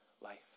life